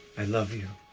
i love you.